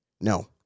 No